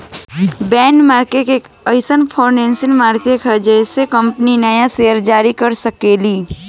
bond market एगो एईसन financial market ह जेइसे कंपनी न्या सेयर जारी कर सकेली